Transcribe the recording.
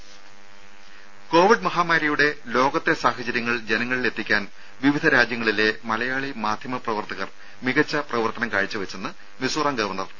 രും കോവിഡ് മഹാമാരിയുടെ ലോകത്തെ സാഹചര്യങ്ങൾ ജനങ്ങളിൽ എത്തിക്കാൻ വിവിധ രാജ്യങ്ങളിലെ മലയാളി മാധ്യമ പ്രവർത്തകർ മികച്ച പ്രവർത്തനം കാഴ്ചവെച്ചുവെന്ന് മിസോറാം ഗവർണർ പി